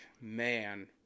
man